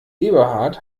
eberhard